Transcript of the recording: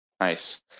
nice